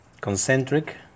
concentric